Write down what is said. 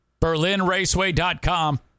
Berlinraceway.com